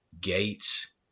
Gates